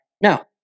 Now